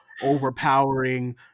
overpowering